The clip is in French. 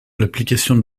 l’application